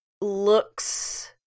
looks